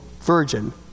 virgin